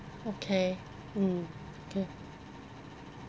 okay mm okay